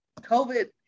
COVID